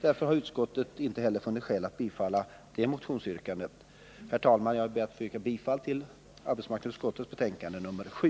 Därför har utskottet inte heller funnit skäl att bifalla motionsyrkandet. Herr talman! Jag ber att få yrka bifall till hemställan i arbetsmarknadsutskottets betänkande nr 7.